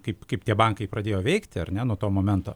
kaip kaip tie bankai pradėjo veikti ar ne nuo to momento